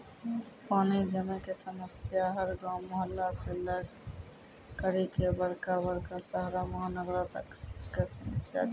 पानी जमै कॅ समस्या हर गांव, मुहल्ला सॅ लै करिकॅ बड़का बड़का शहरो महानगरों तक कॅ समस्या छै के